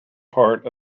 part